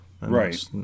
right